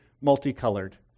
multicolored